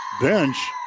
bench